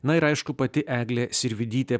na ir aišku pati eglė sirvydytė